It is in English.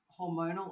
hormonal